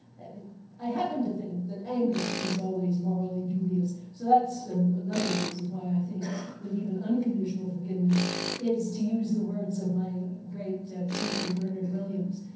i happen to think that anger is always morally dubious, so that's another reason why i think that even unconditional forgiveness is, to use the words of my great teacher bernard williams,